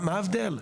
מה ההבדל?